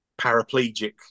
paraplegic